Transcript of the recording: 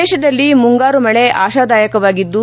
ದೇಶದಲ್ಲಿ ಮುಂಗಾರು ಮಳೆ ಆಶಾದಾಯಕವಾಗಿದ್ದು